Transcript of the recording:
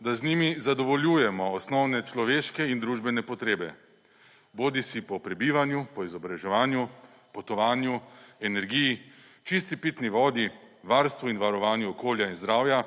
da z njimi zadovoljujemo osnovne človeške in družbene potrebe bodisi po prebivanju, po izobraževanju, potovanju, energiji, čisti pitni vodi, varstvu in varovanju okolja in zdravja